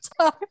time